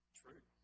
true